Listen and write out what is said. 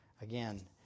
Again